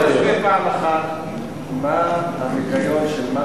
אולי תסביר פעם אחת מה ההיגיון של מס